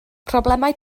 problemau